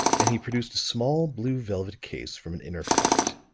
and he produced a small, blue velvet case from an inner pocket.